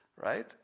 right